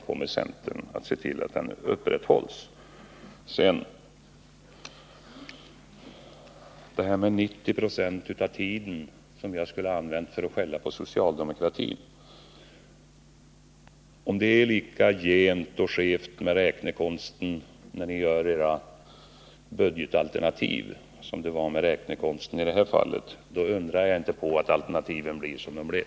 Om detta med att jag skulle ha använt 90 96 av tiden för att skälla på socialdemokratin vill jag säga att om det är lika gent och skevt med räknekonsten när ni gör upp era budgetalternativ som i det här fallet, undrar jag inte på att alternativen blir som de blir.